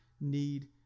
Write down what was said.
need